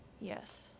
Yes